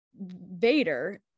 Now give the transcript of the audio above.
Vader